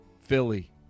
Philly